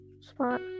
spot